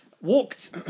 Walked